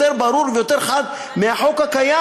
יותר ברור ויותר חד מהחוק הקיים.